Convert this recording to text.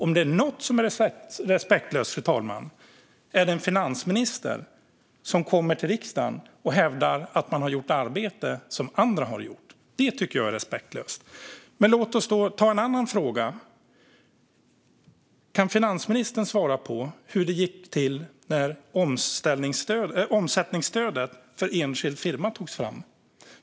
Om det är något som är respektlöst, fru talman, är det en finansminister som kommer till riksdagen och hävdar att hon har gjort arbete som andra har gjort. Det tycker jag är respektlöst. Men låt oss ta en annan fråga. Kan finansministern svara på hur det gick till när omsättningsstödet för enskild firma togs fram?